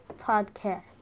podcast